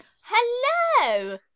Hello